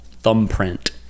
thumbprint